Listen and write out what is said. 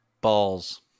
Balls